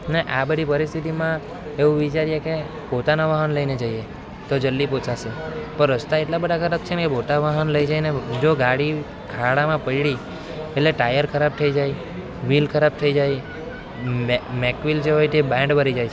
ને આ બધી પરિસ્થિતીમાં એવું વિચારીએ કે પોતાના વાહન લઈને જઈએ તો જલ્દી પહોંચાશે રસ્તા એટલા બધાં ખરાબ છે ને કે પોતાનું વાહન લઈ જઈને જો ગાડી ખાડામાં પડી એટલે ટાયર ખરાબ થઈ જાય વ્હીલ ખરાબ થઈ જાય મે મેકવિલ જે હોય તે બેન્ડ વળી જાય છે